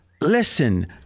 Listen